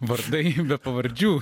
vardai be pavardžių